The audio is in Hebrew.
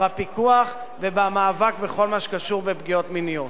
בפיקוח ובמאבק בכל מה שקשור לפגיעות מיניות.